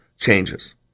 changes